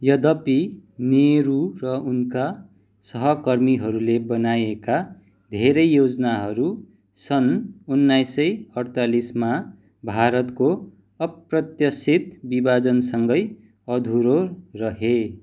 यद्यपि नेहरू र उनका सहकर्मीहरूले बनाएका धेरै योजनाहरू सन् उन्नाइस सय अठचालिसमा भारतको अप्रत्याशित विभाजनसँगै अधुरो रहे